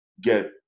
get